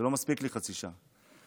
זה לא מספיק לי חצי שעה.